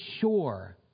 sure